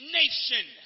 nation